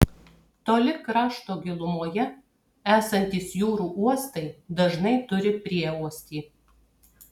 toli krašto gilumoje esantys jūrų uostai dažnai turi prieuostį